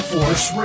Force